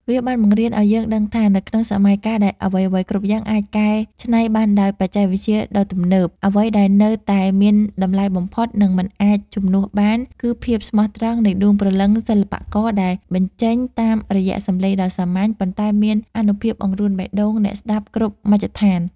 វាបានបង្រៀនឱ្យយើងដឹងថា នៅក្នុងសម័យកាលដែលអ្វីៗគ្រប់យ៉ាងអាចកែច្នៃបានដោយបច្ចេកវិទ្យាដ៏ទំនើប អ្វីដែលនៅតែមានតម្លៃបំផុត និងមិនអាចជំនួសបាន គឺភាពស្មោះត្រង់នៃដួងព្រលឹងសិល្បករដែលបញ្ចេញតាមរយៈសម្លេងដ៏សាមញ្ញ ប៉ុន្តែមានអានុភាពអង្រួនបេះដូងអ្នកស្ដាប់គ្រប់មជ្ឈដ្ឋាន។